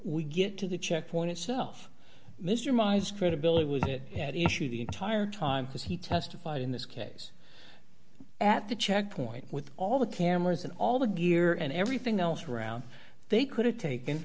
we get to the checkpoint itself mr mize credibility was it at issue the entire time because he testified in this case at the checkpoint with all the cameras and all the gear and everything else around they could have taken